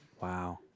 Wow